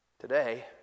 Today